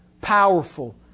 powerful